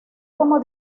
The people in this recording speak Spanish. como